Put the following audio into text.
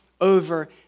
over